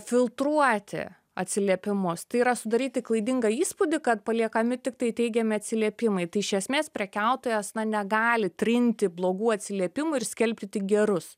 filtruoti atsiliepimus tai yra sudaryti klaidingą įspūdį kad paliekami tiktai teigiami atsiliepimai tai iš esmės prekiautojas negali trinti blogų atsiliepimų ir skelbti tik gerus